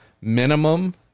minimum